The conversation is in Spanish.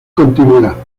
continuidad